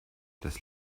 das